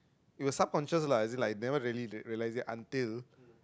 it was subconscious lah as in like never really realise it until